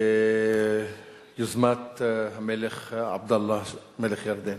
ביוזמת המלך עבדאללה, מלך ירדן.